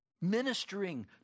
ministering